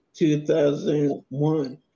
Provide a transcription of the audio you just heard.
2001